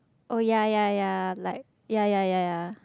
oh ya ya like ya ya ya ya